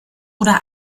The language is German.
oder